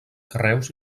carreus